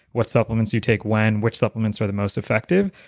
what supplements you take when, which supplements are the most effective,